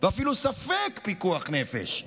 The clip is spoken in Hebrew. ואפילו ספק פיקוח נפש דוחה,